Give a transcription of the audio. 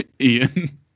ian